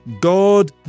God